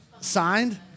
signed